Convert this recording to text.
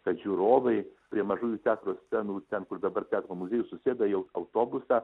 kad žiūrovai prie mažųjų teatro scenų ten kur dabar teatro muziejus susėda į aut autobusą